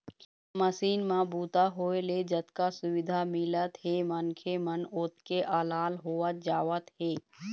machine म बूता होए ले जतका सुबिधा मिलत हे मनखे मन ओतके अलाल होवत जावत हे